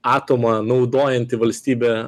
atomą naudojanti valstybė